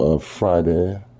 Friday